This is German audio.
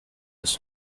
ist